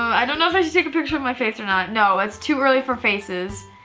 i don't know if i should take a picture of my face or not. no it's too early for faces.